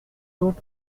wrote